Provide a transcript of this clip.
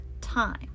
time